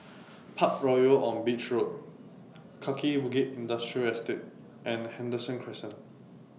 Parkroyal on Beach Road Kaki Bukit Industrial Estate and Henderson Crescent